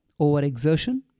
Overexertion